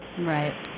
right